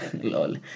lol